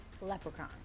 Leprechaun